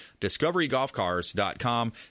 Discoverygolfcars.com